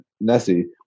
Nessie